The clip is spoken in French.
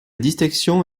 distinction